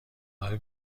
راه